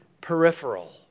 peripheral